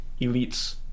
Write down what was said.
elites